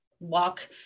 walk